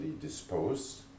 disposed